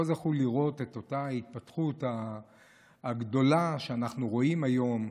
לא זכו לראות את אותה התפתחות גדולה שאנחנו רואים היום.